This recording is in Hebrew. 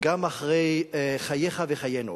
גם אחרי חייך וחיינו.